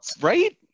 Right